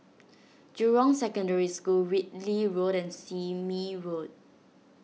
Jurong Secondary School Whitley Road and Sime Road